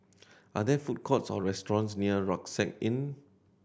are there food courts or restaurants near Rucksack Inn